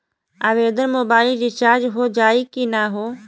Online mobile recharge हो जाई की ना हो?